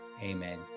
Amen